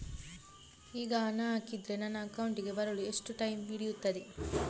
ಈಗ ಹಣ ಹಾಕಿದ್ರೆ ನನ್ನ ಅಕೌಂಟಿಗೆ ಬರಲು ಎಷ್ಟು ಟೈಮ್ ಹಿಡಿಯುತ್ತೆ?